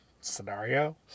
scenario